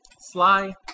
Sly